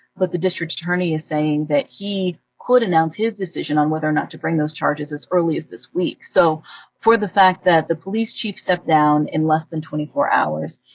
but the district attorney is saying that he could announce his decision on whether or not to bring those charges as early as this week. so for the fact that the police chief stepped down in less than twenty four hours,